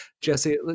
Jesse